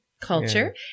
culture